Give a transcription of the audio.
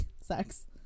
sex